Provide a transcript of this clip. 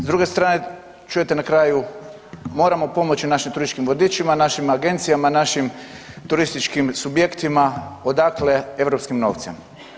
S druge strane čujete na kraju moramo pomoći našim turističkim vodičima, našim agencijama, našim turističkim subjektima, odakle, europskim novcem.